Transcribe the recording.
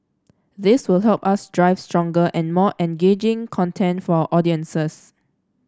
this will help us drive stronger and more engaging content for audiences